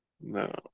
No